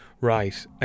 Right